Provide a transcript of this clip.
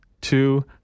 two